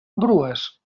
grues